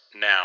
now